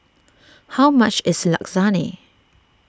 how much is Lasagne